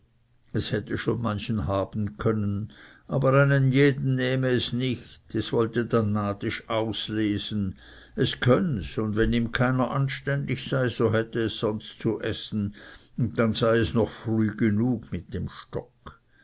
es hätte schon manchen haben können aber einen jedern nehme es nicht es wolle dann nadisch auslesen es könns und wenn ihm keiner anständig sei so hätte es sonst zu essen und dann sei es noch früh genug mit dem stock